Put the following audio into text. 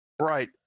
Right